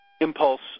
impulse